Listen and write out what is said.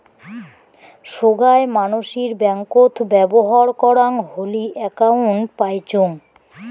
সোগায় মানসির ব্যাঙ্কত ব্যবহর করাং হলি একউন্ট পাইচুঙ